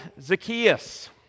Zacchaeus